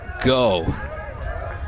go